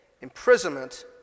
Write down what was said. imprisonment